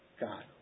God